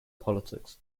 politics